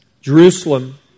Jerusalem